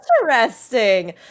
Interesting